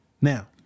Now